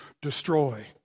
destroy